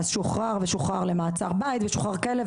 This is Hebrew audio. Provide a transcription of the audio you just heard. אז שוחרר ושוחרר למעצר בית ושוחרר כלא.